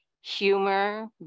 humor